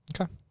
okay